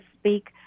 speak